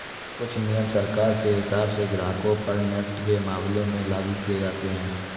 कुछ नियम सरकार के हिसाब से ग्राहकों पर नेफ्ट के मामले में लागू किये जाते हैं